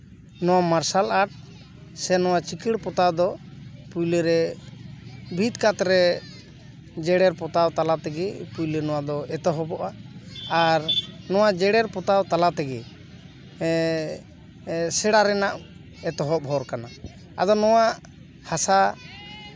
ᱱᱚᱣᱟ martial art ᱥᱮ ᱱᱚᱣᱟ ᱪᱤᱠᱟᱹᱲ ᱯᱚᱛᱟᱣ ᱫᱚ ᱯᱳᱭᱞᱳ ᱨᱮ ᱵᱷᱤᱛ ᱠᱟᱛ ᱨᱮ ᱡᱮᱨᱮᱲ ᱯᱚᱛᱟᱣ ᱛᱟᱞᱟ ᱛᱮᱜᱮ ᱯᱳᱭᱞᱳ ᱱᱚᱣᱟ ᱮᱛᱚᱦᱚᱵᱚᱜᱼᱟ ᱟᱨ ᱱᱚᱣᱟ ᱡᱮᱨᱮᱲ ᱯᱚᱛᱟᱣ ᱛᱟᱞᱟ ᱛᱮᱜᱮ ᱮ ᱥᱮᱬᱟ ᱨᱮᱱᱟᱜ ᱮᱛᱚᱦᱚᱵ ᱦᱚᱨ ᱠᱟᱱᱟ ᱟᱫᱚ ᱱᱚᱣᱟ ᱦᱟᱥᱟ